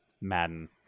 Madden